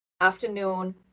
afternoon